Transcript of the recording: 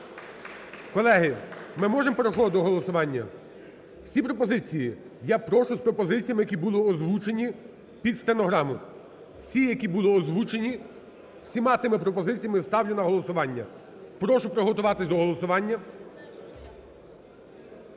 Колеги, ми можемо переходити до голосування? Всі пропозиції? Я прошу з пропозиціями, які були озвучені, під стенограми, всі, які були озвучені. З всіма тими пропозиціями ставлю на голосування. Прошу приготуватись до голосування.